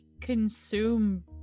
consume